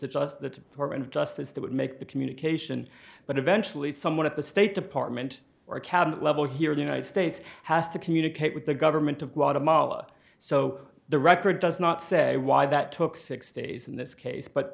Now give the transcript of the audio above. just the torrent of justice that would make the communication but eventually someone at the state department or a cabinet level here in the united states has to communicate with the government of guatemala so the record does not say why that took six days in this case but